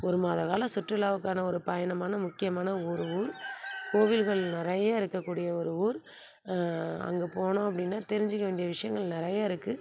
ஒரு மாதக் கால சுற்றுலாவுக்கான ஒரு பயணமான முக்கியமான ஒரு ஊர் கோவில்கள் நிறைய இருக்கக்கூடிய ஒரு ஊர் அங்கே போனோம் அப்படின்னா தெரிஞ்சிக்க வேண்டிய விஷயங்கள் நிறைய இருக்குது